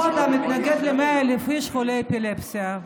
פה אתה מתנגד ל-100,000 איש חולי אפילפסיה.